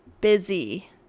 busy